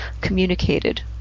communicated